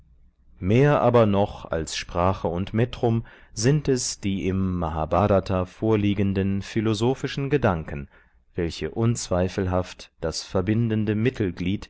mehr aber noch als sprache und metrum sind es die im mahbhrata vorliegenden philosophischen gedanken welche unzweifelhaft das verbindende